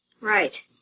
Right